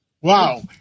Wow